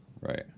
Right